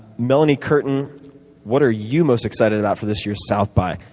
melanie curtin what are you most excited about for this year's south by?